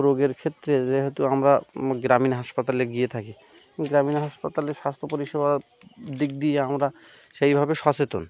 রোগের ক্ষেত্রে যেহেতু আমরা গ্রামীণ হাসপাতালে গিয়ে থাকি গ্রামীণ হাসপাতালে স্বাস্থ্য পরিষেবার দিক দিয়ে আমরা সেইভাবে সচেতন